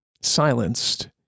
silenced